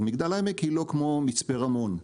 אז מגדל העמק היא לא כמו מצפה רמון.